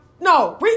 No